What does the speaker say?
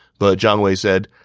but jiang wei said,